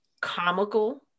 comical